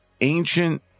ancient